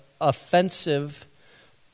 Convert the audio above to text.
offensive